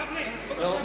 גפני, מה זה משנה?